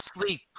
Sleep